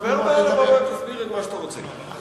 דבר מעל הבמה, תסביר את מה שאתה רוצה.